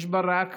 יש בה רק